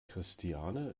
christiane